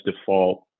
default